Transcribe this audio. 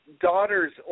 daughter's